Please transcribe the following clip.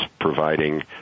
providing